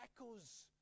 echoes